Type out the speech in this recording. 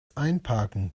einparken